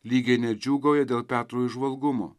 lygiai nedžiūgauja dėl petro įžvalgumo